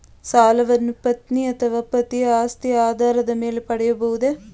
ಸಾಲವನ್ನು ಪತ್ನಿ ಅಥವಾ ಪತಿಯ ಆಸ್ತಿಯ ಆಧಾರದ ಮೇಲೆ ಪಡೆಯಬಹುದೇ?